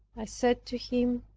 i said to him,